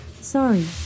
sorry